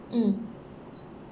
mm